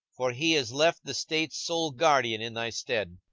for he is left the state's sole guardian in thy stead.